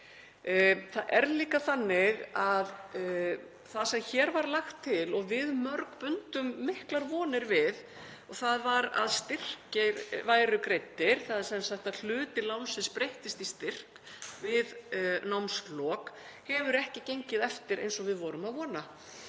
Það er líka þannig að það sem hér var lagt til, og við mörg bundum miklar vonir við, var að styrkir væru greiddir, þ.e. sem sagt að hluti lánsins breyttist í styrk við námslok. Það hefur ekki gengið eftir eins og við vorum að vona.